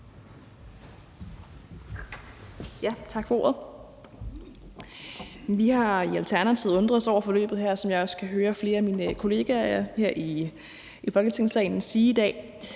Olumeko (ALT): Vi har i Alternativet undret os over forløbet her, som jeg også kan høre flere af mine kollegaer her i Folketingssalen sige i dag.